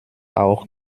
auch